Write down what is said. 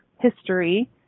history